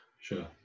Sure